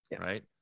right